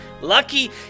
Lucky